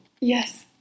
Yes